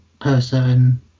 person